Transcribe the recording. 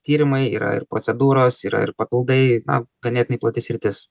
tyrimai yra ir procedūros yra ir papildai na ganėtinai plati sritis